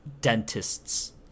dentists